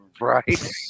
Right